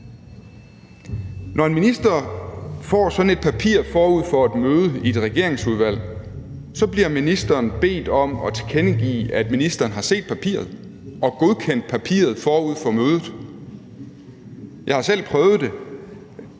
Når en minister får sådan et papir forud for et møde et regeringsudvalg, bliver ministeren bedt om at tilkendegive, at ministeren har set papiret og godkendt papiret forud for mødet. Jeg har selv prøvet det.